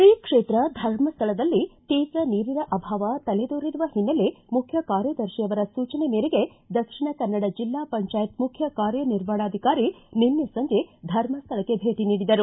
ಶ್ರೀ ಕ್ಷೇತ್ರ ಧರ್ಮಸ್ಥಳದಲ್ಲಿ ತೀವ್ರ ನೀರಿನ ಅಭಾವ ತಲೆದೋರಿರುವ ಹಿನ್ನೆಲೆ ಮುಖ್ಯ ಕಾರ್ಯದರ್ಶಿಯವರ ಸೂಚನೆ ಮೇರೆಗೆ ದಕ್ಷಿಣ ಕನ್ನಡ ಜಿಲ್ಲಾ ಪಂಚಾಯತ್ ಮುಖ್ಯ ಕಾರ್ಯ ನಿರ್ವಹಣಾಧಿಕಾರಿ ನಿನ್ನೆ ಸಂಜೆ ಧರ್ಮಸ್ಥಳಕ್ಕೆ ಭೇಟ ನೀಡಿದರು